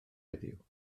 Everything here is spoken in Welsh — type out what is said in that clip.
heddiw